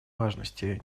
важности